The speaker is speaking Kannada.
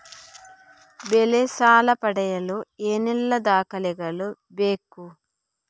ಬೆಳೆ ಸಾಲ ಪಡೆಯಲು ಏನೆಲ್ಲಾ ದಾಖಲೆಗಳು ಬೇಕು?